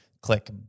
click